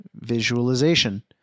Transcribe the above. visualization